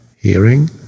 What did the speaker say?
hearing